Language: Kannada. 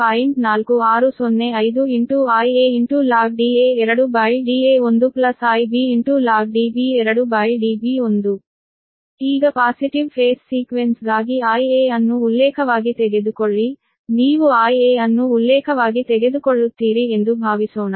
4605 Ialog Da2Da1 Ib logDb2Db1 ಈಗ ಪಾಸಿಟಿವ್ ಫೇಸ್ ಸೀಕ್ವೆನ್ಸ್ ಗಾಗಿ Ia ಅನ್ನು ಉಲ್ಲೇಖವಾಗಿ ತೆಗೆದುಕೊಳ್ಳಿ ನೀವು Ia ಅನ್ನು ಉಲ್ಲೇಖವಾಗಿ ತೆಗೆದುಕೊಳ್ಳುತ್ತೀರಿ ಎಂದು ಭಾವಿಸೋಣ